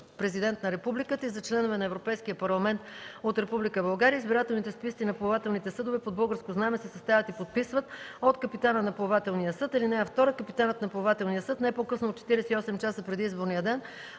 вицепрезидент на републиката и за членове на Европейския парламент от Република България избирателните списъци на плавателните съдове под българско знаме се съставят и подписват от капитана на плавателния съд. (2) Капитанът на плавателния съд не по-късно от 48 часа преди изборния ден